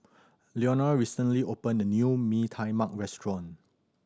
Leonore recently opened a new Mee Tai Mak restaurant